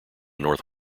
north